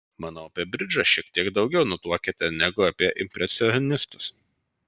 manau apie bridžą šiek tiek daugiau nutuokiate negu apie impresionistus